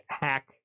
hack